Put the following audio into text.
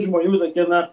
žmonių tokie na